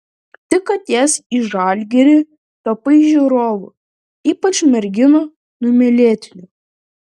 tik atėjęs į žalgirį tapai žiūrovų ypač merginų numylėtiniu